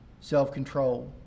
self-control